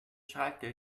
schalke